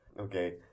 Okay